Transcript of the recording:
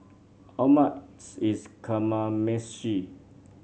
how much is Kamameshi